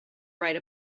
write